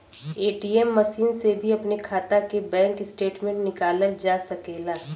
ATM machine से भी अपने खाता के बैंक स्टेटमेंट निकालल जा सकेला